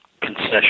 concession